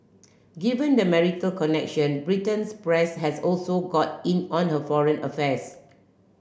given the marital connection Britain's press has also got in on her foreign affairs